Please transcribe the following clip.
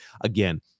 again